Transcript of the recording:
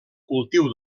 cultiu